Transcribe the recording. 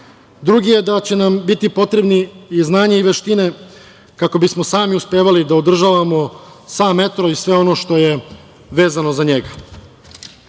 ljudi. Drugi je da će nam biti potrebni i znanje i veštine, kako bismo sami uspevali da održavamo sam metro i sve ono što je vezano za njega. Brojni